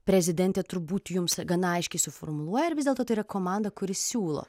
prezidentė turbūt jums gana aiškiai suformuluoja ir vis dėlto tai yra komanda kuri siūlo